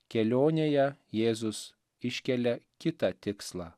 kelionėje jėzus iškelia kitą tikslą